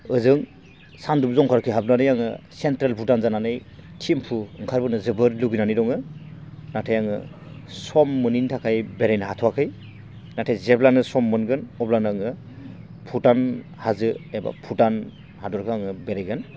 ओजों सान्द्रुप जंखारखौ हाबनानै आङो चेन्ट्रेल भुटान जानानै थिम्फु ओंखारबोनो जोबोर लुगैनानै दङो नाथाय आङो सम मोनैनि थाखाय बेरायनो हाथ'याखै नाथाय जेब्लानो सम मोनगोन अब्लानो आङो भुटान हाजो एबा भुटान हादरखौ आङो बेरायगोन